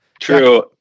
True